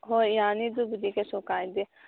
ꯍꯣꯏ ꯌꯥꯅꯤ ꯑꯗꯨꯕꯨꯗꯤ ꯀꯩꯁꯨ ꯀꯥꯏꯗꯦ